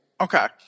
Okay